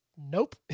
Nope